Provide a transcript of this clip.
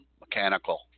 mechanical